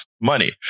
money